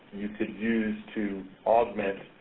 you could use to augment